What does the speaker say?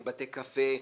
מבתי קפה,